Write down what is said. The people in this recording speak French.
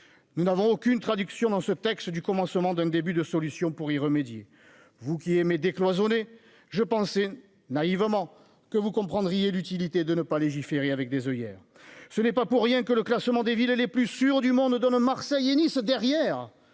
nous n'avons aucune traduction dans ce texte du commencement d'un début de solution pour y remédier, vous qui aimez décloisonner je pensais naïvement que vous comprendriez l'utilité de ne pas légiférer avec des oeillères, ce n'est pas pour rien que le classement des villes les plus sûres du monde donne, Marseille et Nice derrière